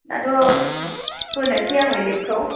दाथ' होनोसै आङो लिभखौ